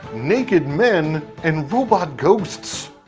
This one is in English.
naked men, and robot ghosts!